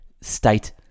State